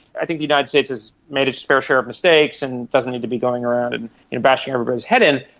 i think the united states has made its fair share of mistakes and doesn't need to be going around and you know bashing everybody's head in,